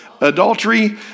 adultery